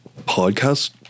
podcast